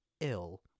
ill